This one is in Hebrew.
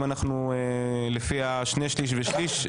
אם אנחנו לפי החלוקה של שני שליש ושליש,